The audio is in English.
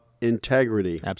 integrity